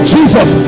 Jesus